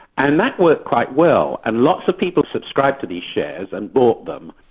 and that worked quite well, and lots of people subscribed to these shares and bought them,